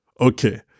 okay